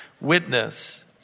witness